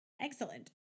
Excellent